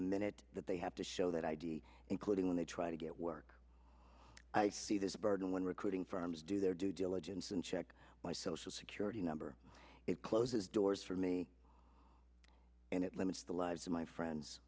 the minute that they have to show that id including when they try to get work i see this burden when recruiting firms do their due diligence and check my social security number it closes doors for me and it limits the lives of my friends